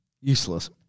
Useless